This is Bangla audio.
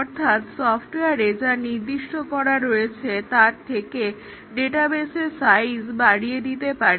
অর্থাৎ সফট্ওয়ারে যা নির্দিষ্ট করা রয়েছে তার থেকে ডেটাবেসের সাইজ বাড়িয়ে দিতে পারি